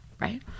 right